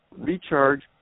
recharge